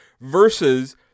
versus